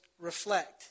reflect